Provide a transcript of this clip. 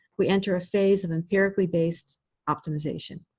we enter a phase of empirically-based optimization.